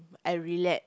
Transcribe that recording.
I relax